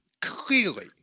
clearly